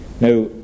Now